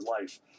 life